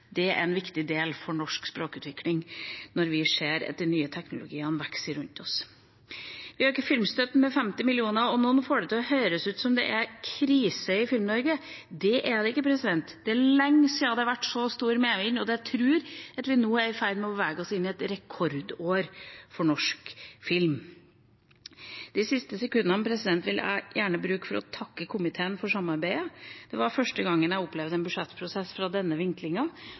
Det er en viktig del for norsk språkutvikling, når vi ser at de nye teknologiene vokser rundt oss. Vi øker filmstøtten med 50 mill. kr. Noen får det til å høres ut som om det er krise i Film-Norge. Det er det ikke. Det er lenge siden det har vært så stor medvind, og jeg tror at vi nå er i ferd med å bevege oss inn i et rekordår for norsk film. De siste sekundene vil jeg gjerne bruke til å takke komiteen for samarbeidet. Det var første gang jeg opplevde en budsjettprosess fra denne